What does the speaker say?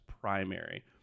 primary